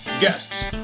guests